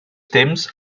temps